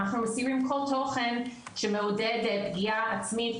אנחנו עושים עם כל תוכן שמעודד פגיעה עצמית,